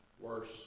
worse